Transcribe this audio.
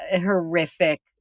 horrific